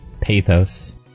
pathos